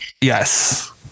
yes